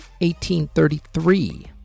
1833